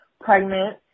pregnant